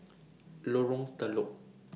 Lorong Telok